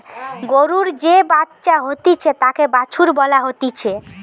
গরুর যে বাচ্চা হতিছে তাকে বাছুর বলা হতিছে